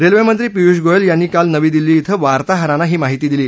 रेल्वेमंत्री पियुष गोयल यांनी काल नवी दिल्ली इथं वार्ताहरांना ही माहिती दिली